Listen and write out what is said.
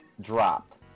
drop